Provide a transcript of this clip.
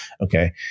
Okay